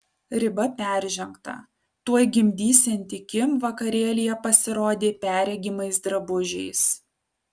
riba peržengta tuoj gimdysianti kim vakarėlyje pasirodė perregimais drabužiais